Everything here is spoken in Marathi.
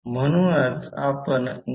म्हणून ते i1 हे 113